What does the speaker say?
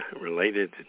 related